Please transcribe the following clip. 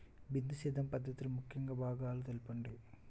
బిందు సేద్య పద్ధతిలో ముఖ్య భాగాలను తెలుపండి?